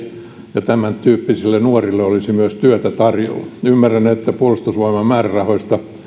ja tämäntyyppisille nuorille olisi myös työtä tarjolla ymmärrän että pelkästään puolustusvoimien määrärahoista